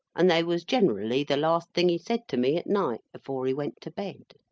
and they was generally the last thing he said to me at night afore he went to bed.